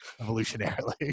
evolutionarily